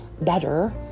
better